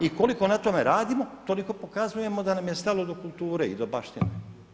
I koliko na tome radimo, toliko pokazujemo da nam je stalo do kulture i do baštine.